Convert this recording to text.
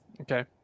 Okay